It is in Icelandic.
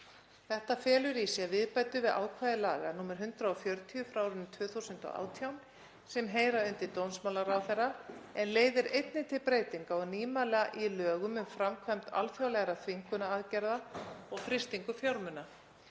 Þetta felur í sér viðbætur við ákvæði laga nr. 140/2018, sem heyra undir dómsmálaráðherra, en leiðir einnig til breytinga og nýmæla í lögum um framkvæmd alþjóðlegra þvingunaraðgerða og frystingu fjármuna,